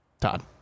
todd